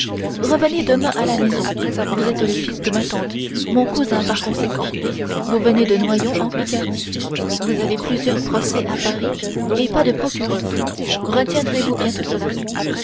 revenez demain à la maison vous êtes le fils de ma tante mon cousin par conséquent vous venez de noyon en picardie vous avez plusieurs procès à paris et pas de procureur retiendrez vous bien tout cela